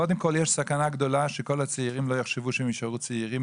קודם כול יש סכנה גדולה שכל הצעירים לא יחשבו שהם יישארו צעירים,